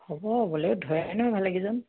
হ'ব ব'লেৰুত ধৰে নহয় ভালে কিজন